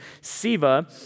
Siva